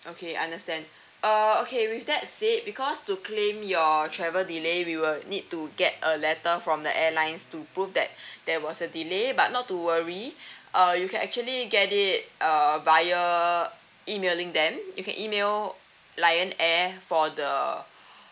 okay understand uh okay with that said because to claim your travel delay we will need to get a letter from the airlines to prove that there was a delay but not to worry uh you can actually get it uh via emailing them you can email lion air for the